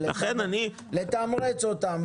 לתמרץ אותם,